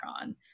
on